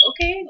okay